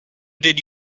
did